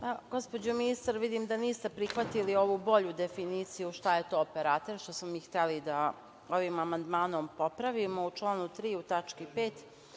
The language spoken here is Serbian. Gospođo ministar, vidim da niste prihvatili ovu bolju definiciju šta je to operater, što smo mi hteli da ovim amandmanom popravimo u članu 3.